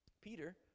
Peter